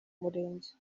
murenge